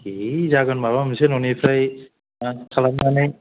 दे जागोन माबा मोनसे न'निफ्राइ माबा खालामनानै